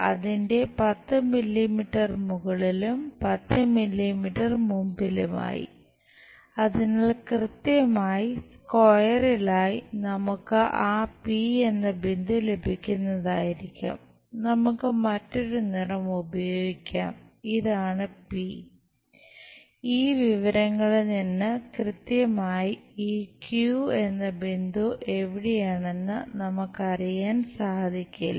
അതിനാൽ പി എന്ന ബിന്ദു എവിടെയാണെന്ന് നമുക്ക് അറിയാൻ സാധിക്കില്ല